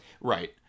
Right